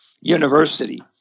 university